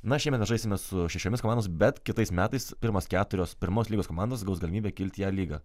na šiemet na žaisime su šešiomis komandomis bet kitais metais pirmos keturios pirmos lygos komandos gaus galimybę kilti į a lygą